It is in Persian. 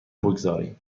بگذاریم